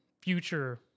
future